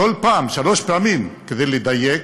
כל פעם, שלוש פעמים, כדי לדייק,